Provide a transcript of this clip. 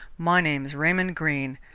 my name's raymond greene.